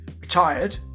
retired